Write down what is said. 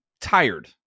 tired